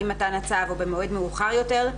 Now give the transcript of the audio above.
עם מתן הצו או במועד מאוחר יותר,